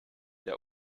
der